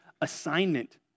assignment